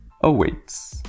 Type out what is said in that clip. awaits